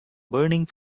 burning